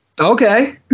Okay